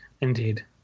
Indeed